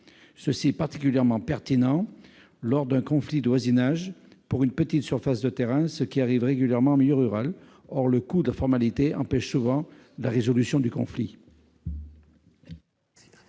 Cela serait particulièrement pertinent dans le cas d'un conflit de voisinage pour une petite surface de terrain, litige qui survient régulièrement en milieu rural. Or le coût de la formalité empêche souvent la résolution du conflit.